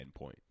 endpoint